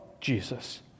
Jesus